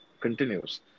continues